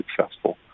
successful